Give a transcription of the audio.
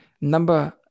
Number